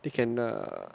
they can err